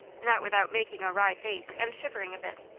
not without making a wry face and shivering a bit.